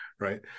Right